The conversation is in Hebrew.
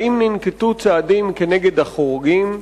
האם ננקטו צעדים כנגד החורגים?